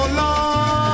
long